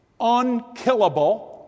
unkillable